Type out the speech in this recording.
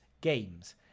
games